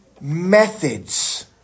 Methods